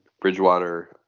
Bridgewater